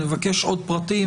נבקש עוד פרטים,